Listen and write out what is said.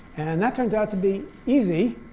and that turned out to be easy.